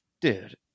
dude